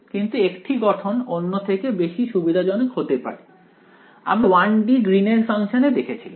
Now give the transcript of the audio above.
কিন্তু একটি গঠন অন্য থেকে বেশি সুবিধাজনক হতে পারে আমরা 1 D গ্রীন এর ফাংশনে দেখেছিলাম